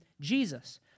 Jesus